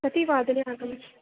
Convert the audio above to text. कति वादने आगमिष्यामि